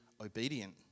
obedient